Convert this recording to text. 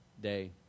day